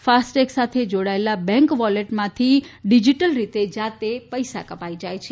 FASTag સાથે જોડાયેલા bank વોલેટમાંથી ડીજીટલ રીતે જાતે પૈસા કપાઇ જાય છે